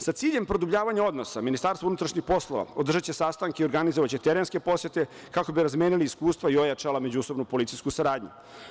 Sa ciljem produbljavanja odnosa, MUP održaće sastanke i organizovaće terenske posete kako bi razmenili iskustva i ojačala međusobnu policijsku saradnju.